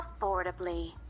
Affordably